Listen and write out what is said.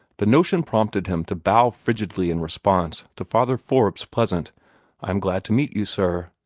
the notion prompted him to bow frigidly in response to father forbes' pleasant i am glad to meet you, sir,